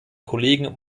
kollegen